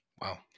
Wow